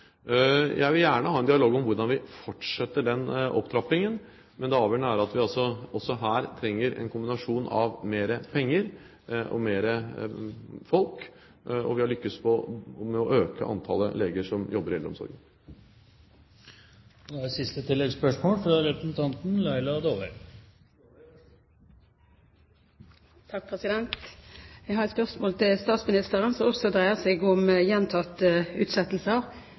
Jeg vil gjerne ha en dialog om hvordan vi fortsetter den opptrappingen. Men det avgjørende er at vi også her trenger en kombinasjon av mer penger og mer folk. Og vi har lyktes med å øke antallet leger som jobber i eldreomsorgen. Laila Dåvøy – til oppfølgingsspørsmål. Jeg har et spørsmål til statsministeren som også dreier seg om gjentatte utsettelser